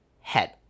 head